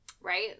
Right